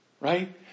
Right